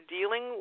dealing